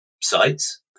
sites